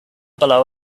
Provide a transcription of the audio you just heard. below